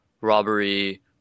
robbery